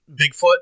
Bigfoot